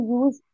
use